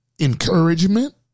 encouragement